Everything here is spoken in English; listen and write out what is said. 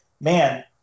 man